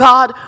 God